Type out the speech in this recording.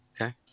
Okay